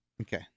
Okay